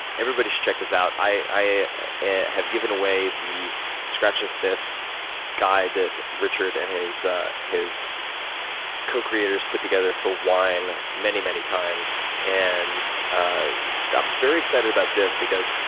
everybody should check this out. i have given away the scratch and sniff guide that richard and his his co-creators put together for wine many, many times. and i'm very excited about this because,